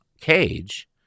cage